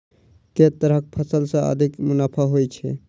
केँ तरहक फसल सऽ अधिक मुनाफा होइ छै?